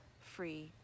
free